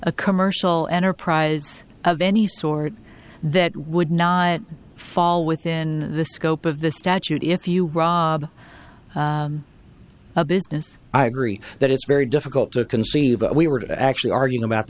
a commercial enterprise of any sort that would not fall within the scope of the statute if you rob a business i agree that it's very difficult to conceive we were actually arguing about